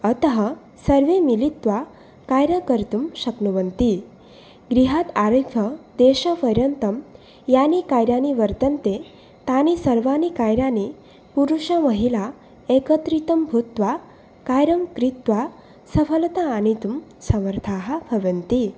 अतः सर्वे मिलित्वा कार्यं कर्तुं शक्नुवन्ति गृहात् आरभ्य देशपर्यन्तं यानि कार्याणि वर्तन्ते तानि सर्वाणि कार्याणि पुरुषमहिला एकत्रितं भूत्वा कार्यं कृत्वा सफलताम् आनेतुं समर्थाः भवन्ति